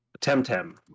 Temtem